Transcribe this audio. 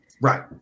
Right